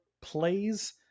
plays